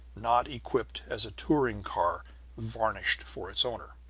not equipped as a touring car varnished for its owner.